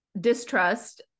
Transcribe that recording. distrust